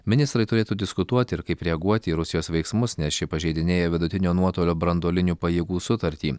ministrai turėtų diskutuoti ir kaip reaguoti į rusijos veiksmus nes ši pažeidinėja vidutinio nuotolio branduolinių pajėgų sutartį